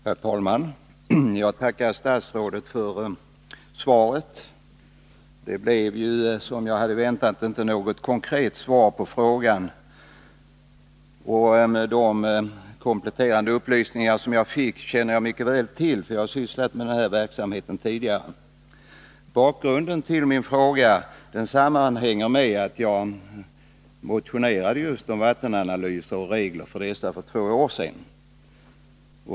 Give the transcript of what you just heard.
Herr talman! Jag tackar statsrådet för svaret. Det blev ju, som jag hade väntat, inte något konkret svar på frågan. De kompletterande upplysningar som jag fick känner jag mycket väl till, för jag har sysslat med den här verksamheten tidigare. Bakgrunden till min fråga är bl.a. att jag motionerade om vattenanalyser och regler för dessa för två år sedan.